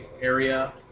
area